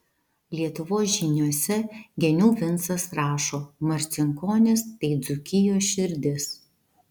lietuvos žyniuose genių vincas rašo marcinkonys tai dzūkijos širdis